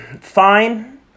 fine